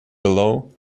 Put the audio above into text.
below